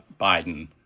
Biden